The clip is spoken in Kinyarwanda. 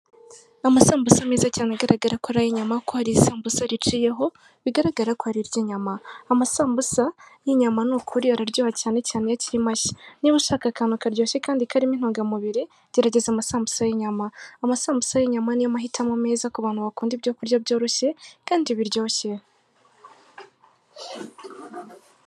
Amasambuza meza cyane agaragara ko ari ay'inyama, ko hari isambusa riciyeho bigaragara ko ari iry'inyama, amasambusa y'inyama ni ukuri araryoha cyane cyane iyo akiri mashya, niba ushaka akantu karyoshye kandi karimo intungamubiri, gerageza amasambusa y'inyama, amasambuza y'inyama niyo mahitamo meza ku bantu bakunda ibyo kurya byoroshye kandi biryoshye.